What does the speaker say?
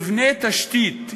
מבנה תשתית,